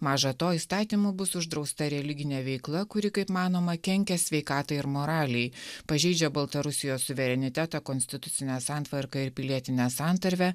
maža to įstatymu bus uždrausta religinė veikla kuri kaip manoma kenkia sveikatai ir moralei pažeidžia baltarusijos suverenitetą konstitucinę santvarką ir pilietinę santarvę